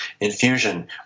infusion